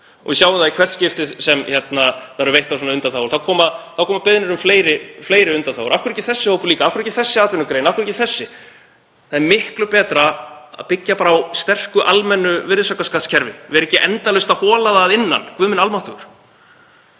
Við sjáum að í hvert skipti sem veittar eru svona undanþágur koma beiðnir um fleiri undanþágur; af hverju ekki þessi hópur líka, af hverju ekki þessi atvinnugrein, af hverju ekki þessi? Það er miklu betra að byggja bara á sterku almennu virðisaukaskattskerfi, vera ekki endalaust að hola það að innan, guð minn almáttugur.